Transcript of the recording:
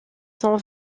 sont